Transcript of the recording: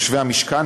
יושבי המשכן,